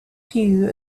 few